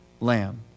lamb